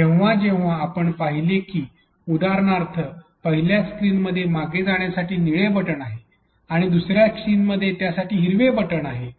जेव्हा जेव्हा आपण पाहीले की उदाहरणार्थ पहिल्या स्क्रीनमध्ये मागे जाण्यासाठी निळे बटण आहे आणि दुसर्या स्क्रीनमध्ये त्यासाठी हिरवे बटण आहे